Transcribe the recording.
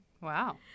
Wow